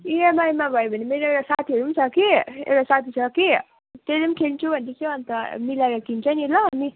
इएमाईमा भयो भने मेरो एउटा साथीहरू पनि छ कि एउटा साथी छ कि त्यसले पनि किन्छु भन्दैथियो अन्त मिलाएर किन्छ नि ल हामी